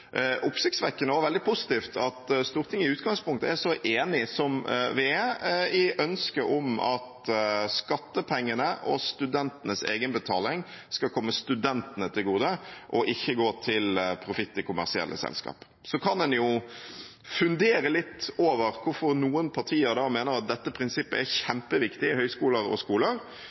oppsiktsvekkende – og veldig positivt – at Stortinget i utgangspunktet er så enige som vi er om ønsket om at skattepengene og studentenes egenbetaling skal komme studentene til gode og ikke gå til profitt til kommersielle selskap. Så kan en jo fundere litt over hvorfor noen partier mener at dette prinsippet er kjempeviktig i høyskoler og skoler,